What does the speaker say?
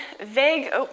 vague